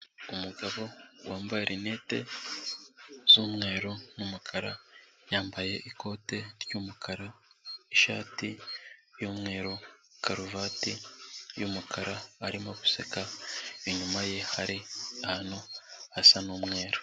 Umugabo wambaye rinete z'umweru n'umukara, yambaye ikote ry'umukara, ishati y'umweru karuvati y'umukara, arimo guseka, inyuma ye hari ahantu hasa n'umweru.